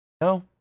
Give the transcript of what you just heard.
No